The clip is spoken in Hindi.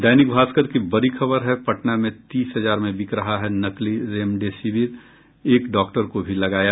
दैनिक भास्कर की बड़ी खबर है पटना में तीस हजार में बिक रहा है नकली रेमडेसिविर एक डॉक्टर को भी लगाया